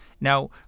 now